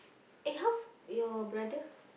eh how's your brother